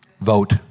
Vote